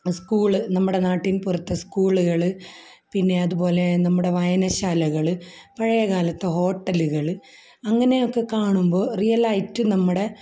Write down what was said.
school നമ്മുടെ നാട്ടിൻ പുറത്തെ സ്കൂളുകൾ പിന്നെ അതുപോലെ നമ്മുടെ വായനശാലകൾ പഴയകാലത്തെ ഹോട്ടലുകൾ അ അങ്ങനെയൊക്കെ കാണുമ്പോൾ റിയലായിട്ട് നമ്മുടെ